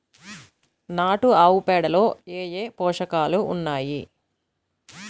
నాటు ఆవుపేడలో ఏ ఏ పోషకాలు ఉన్నాయి?